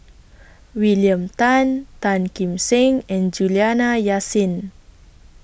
William Tan Tan Kim Seng and Juliana Yasin